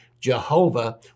Jehovah